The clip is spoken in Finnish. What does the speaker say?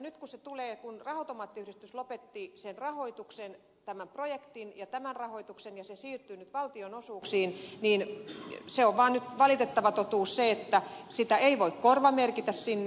nyt kun se tulee kun raha automaattiyhdistys lopetti sen rahoituksen tämän projektin ja tämän rahoituksen ja se siirtyy nyt valtionosuuksiin niin se on vaan valitettava totuus että sitä ei voi korvamerkitä sinne